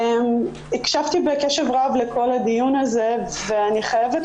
הקשבתי קשב רב לכל הדיון הזה ואני חייבת